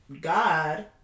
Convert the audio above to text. God